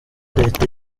leta